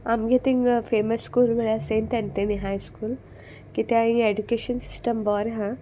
आमगे थिंगां famous school म्हळ्यार सेंट एन्थनी हाय स्कूल कित्या इंग एडुकेशन सिस्टम बोर आहा